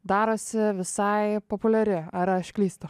darosi visai populiari ar aš klystu